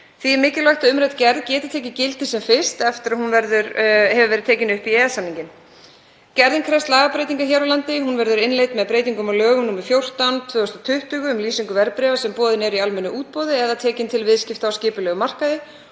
Því er mikilvægt að umrædd gerð geti tekið gildi sem fyrst eftir að hún hefur verið tekin upp í EES-samninginn. Gerðin krefst lagabreytingar hér á landi og verður hún innleidd með breytingum á lögum nr. 14/2020, um lýsingu verðbréfa sem boðin eru í almennu útboði eða tekin til viðskipta á skipulegum markaði,